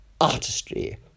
Artistry